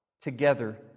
Together